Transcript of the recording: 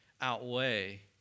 outweigh